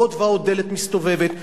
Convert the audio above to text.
עוד ועוד דלת מסתובבת,